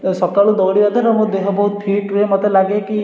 ସକାଳୁ ଦୌଡ଼ିବା ଦ୍ୱାରା ମୋ ଦେହ ବହୁତ ଫିଟ୍ ରୁହେ ମୋତେ ଲାଗେ କି